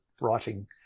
writing